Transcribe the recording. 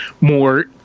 more